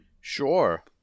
Sure